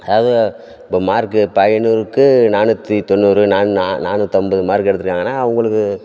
அதாவது இப்போ மார்க்கு இப்போ ஐந்நூறுக்கு நானூற்றி தொண்ணூறு நா நா நானூற்றம்பது மார்க் எடுத்திருக்காங்கன்னா அவங்களுக்கு